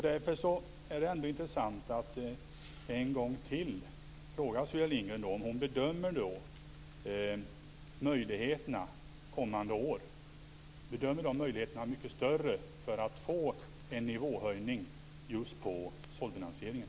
Därför är det intressant att en gång till fråga Sylvia Lindgren om hon bedömer att möjligheterna kommande år är mycket större att få en nivåhöjning just på såddfinansieringen.